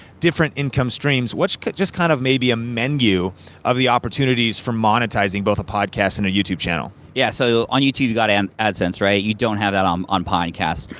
different income streams, which kind of maybe a menu of the opportunities for monetizing both a podcast and a youtube channel? yeah, so on youtube you got and adsense, right? you don't have that um on podcast.